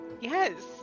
Yes